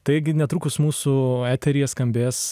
taigi netrukus mūsų eteryje skambės